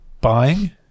buying